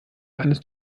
eines